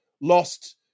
lost